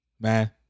man